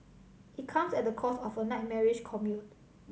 it comes at the cost of a nightmarish commute